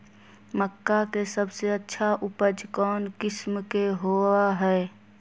मक्का के सबसे अच्छा उपज कौन किस्म के होअ ह?